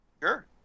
Sure